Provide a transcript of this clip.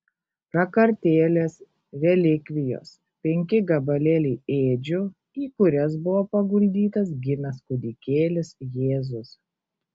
prakartėlės relikvijos penki gabalėliai ėdžių į kurias buvo paguldytas gimęs kūdikėlis jėzus